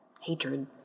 hatred